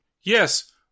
Yes